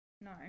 No